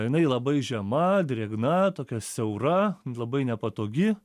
inai labai žema drėgna tokia siaura labai nepatogi